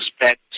respect